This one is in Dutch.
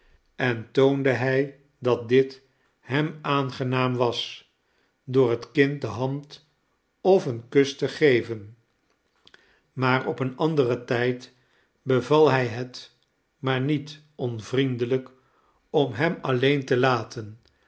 en toonde hij dat dit hem aangenaam was door het kind de hand of een kus te geven maar op een anderen tijd beval hij het maar niet onvriendelijk om hem alleen te laten